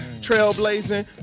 Trailblazing